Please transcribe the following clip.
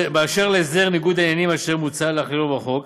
אשר להסדר ניגוד העניינים אשר מוצע להכלילו בחוק,